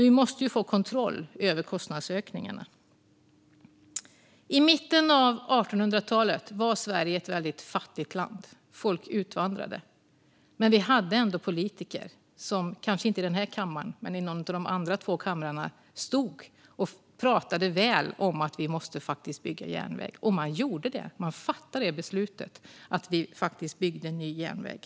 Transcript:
Vi måste ju få kontroll över kostnadsökningarna. I mitten av 1800-talet var Sverige ett väldigt fattigt land. Folk utvandrade. Men vi hade ändå politiker som stod inte i den här kammaren men i någon av de andra två kamrarna och talade om att man måste bygga järnväg. Och det gjorde man. Man fattade det beslutet, och man byggde faktiskt ny järnväg.